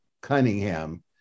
Cunningham